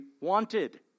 wanted